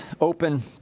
open